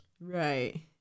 Right